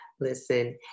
Listen